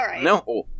no